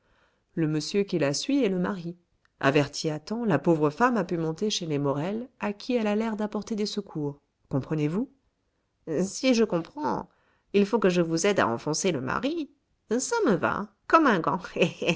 le monsieur qui la suit est le mari avertie à temps la pauvre femme a pu monter chez les morel à qui elle a l'air d'apporter des secours comprenez-vous si je comprends il faut que je vous aide à enfoncer le mari ça me va comme un gant